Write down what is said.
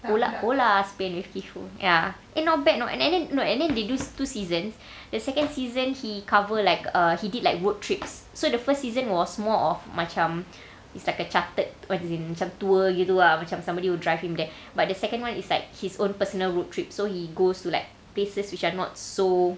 hola hola spain with keith foo ya eh not bad you know and th~ no and then they do t~ two seasons the second season he cover like uh he did like work trips so the first season was more of macam is like a charted what is it macam tour gitu macam somebody would drive him there but the second one is like his own personal road trip so he goes to like places which are not so